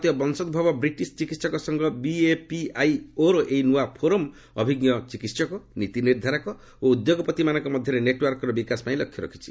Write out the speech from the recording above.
ଭାରତୀୟ ବଂଶୋଭବ ବ୍ରିଟିଶ୍ ଚିକିହକ ସଂଘ ବିଏପିଆଇଓ ର ଏହି ନୂଆ ଫୋରମ୍ ଅଭିଜ୍ଞ ଚିକିତ୍ସକ ନୀତି ନିର୍ଦ୍ଧାରକ ଓ ଉଦ୍ୟୋଗପତିମାନଙ୍କ ମଧ୍ୟରେ ନେଟ୍ୱାର୍କର ବିକାଶ ପାଇଁ ଲକ୍ଷ୍ୟ ରଖାଯାଇଛି